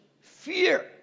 fear